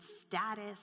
status